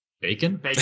bacon